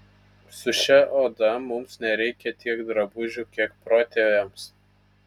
su šia oda mums nereikia tiek drabužių kiek protėviams